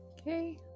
Okay